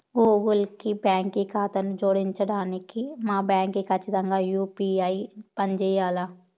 Google కి బాంకీ కాతాను జోడించడానికి మా బాంకీ కచ్చితంగా యూ.పీ.ఐ పంజేయాల్ల